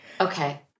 Okay